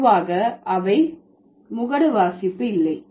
பொதுவாக அவர்கள் முகடு வாசிப்பு இல்லை